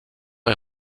est